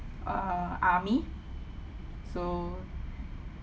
err army so